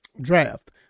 draft